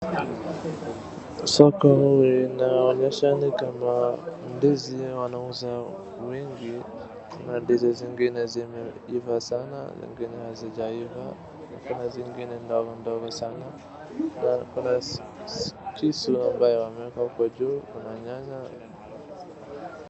Soko linaonyesha ni kama ndizi wanauza mingi na ndizi zingine zimeiva sana zingine hazijaiva, kuna zingine ndogondogo sana na kuna kisu ambayo wameweka kwa juu, kuna nyanya.